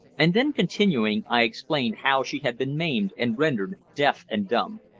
and then, continuing, i explained how she had been maimed and rendered deaf and dumb.